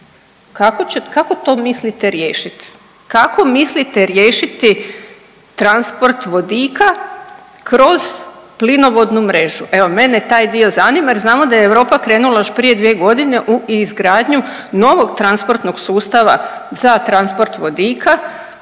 Kako to mislite riješit? Kako mislite riješiti transport vodika kroz plinovodnu mrežu? Evo mene taj dio zanima jer znamo da je Europa krenula još prije dvije godine u izgradnju novog transportnog sustava za transport vodika.